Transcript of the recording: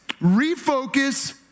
refocus